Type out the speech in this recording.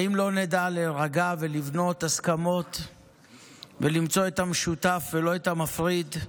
האם לא נדע להירגע ולבנות הסכמות ולמצוא את המשותף ולא את המפריד,